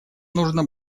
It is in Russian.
нужно